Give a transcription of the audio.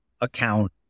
account